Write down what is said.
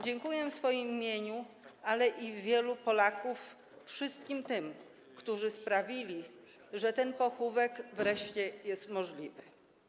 Dziękuję w imieniu swoim, ale i wielu Polaków wszystkim tym, którzy sprawili, że ten pochówek wreszcie jest możliwy.